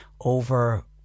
over